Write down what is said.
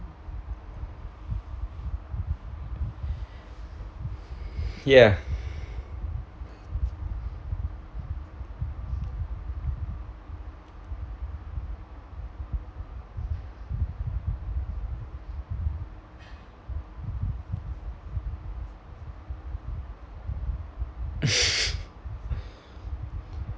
ya